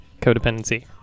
codependency